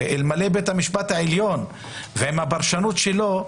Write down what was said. הרי אלמלא בית המשפט העליון עם הפרשנות שלו,